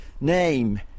name